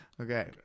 Okay